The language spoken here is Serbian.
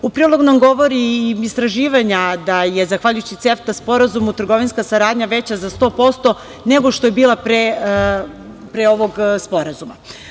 prilog nam govore i istraživanja da je zahvaljujući CEFTA Sporazumu trgovinska saradnja veća za 100% nego što je bila pre ovog sporazuma.